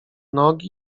nogi